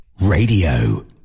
Radio